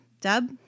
Dub